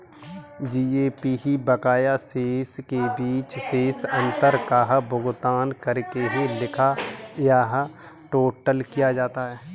GAP बकाया शेष के बीच शेष अंतर का भुगतान करके लिखा या टोटल किया जाता है